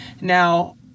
Now